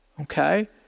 Okay